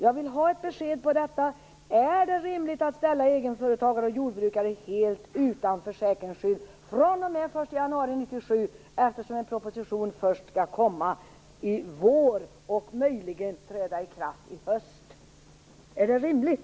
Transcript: Jag vill ha ett besked på detta: Är det rimligt att ställa egenföretagare och jordbrukare helt utan försäkringsskydd fr.o.m. den 1 januari 1997, eftersom en proposition skall komma först i vår, och möjligen träda i kraft i höst? Är det rimligt?